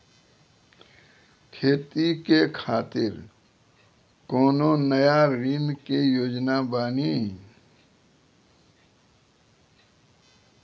खेती के खातिर कोनो नया ऋण के योजना बानी?